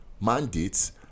mandates